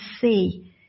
see